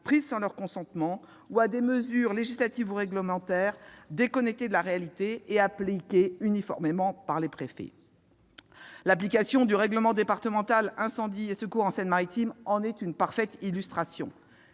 prises sans leur consentement, ou des mesures législatives ou réglementaires déconnectées de la réalité et appliquées uniformément par les préfets. L'application du règlement départemental de défense extérieure contre l'incendie en Seine-Maritime en est une parfaite illustration.